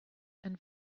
and